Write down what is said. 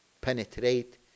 penetrate